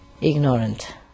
ignorant